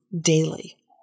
daily